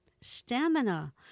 stamina